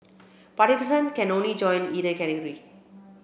participants can only join either category